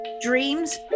dreams